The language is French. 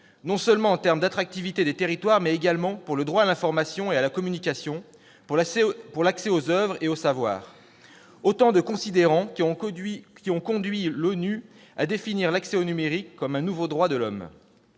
non seulement en termes d'attractivité des territoires, mais également pour le droit à l'information et à la communication, pour l'accès aux oeuvres et aux savoirs. Autant de considérants qui ont conduit l'ONU à définir l'accès au numérique comme un nouveau droit de l'homme.